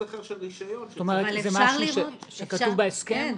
אחר של רישיון שצריך --- כלומר זה משהו שכתוב בהסכם?